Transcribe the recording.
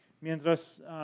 Mientras